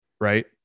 Right